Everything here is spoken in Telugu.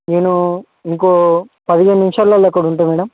నేను ఇంకో పదిహేను నిమిషాల్లలో అక్కడ ఉంటా మేడమ్